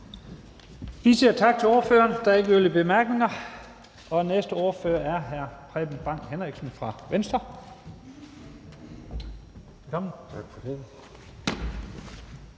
Vi siger tak til ordføreren. Der er ikke yderligere korte bemærkninger. Næste ordfører er hr. Preben Bang Henriksen fra Venstre. Velkommen.